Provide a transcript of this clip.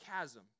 chasm